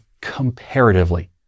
comparatively